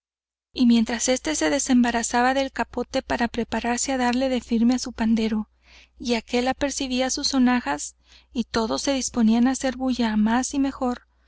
y mientras éste se desembarazaba del capote para prepararse á darle de firme á su pandero y aquél apercibía sus sonajas y todos se disponían á hacer bulla á más y mejor